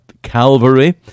Calvary